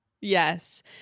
Yes